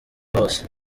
hose